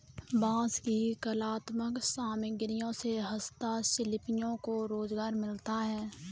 बाँस की कलात्मक सामग्रियों से हस्तशिल्पियों को रोजगार मिलता है